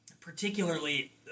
particularly